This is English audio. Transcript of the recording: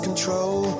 Control